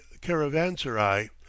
caravanserai